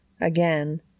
Again